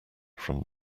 from